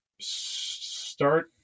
start